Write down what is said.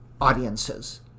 audiences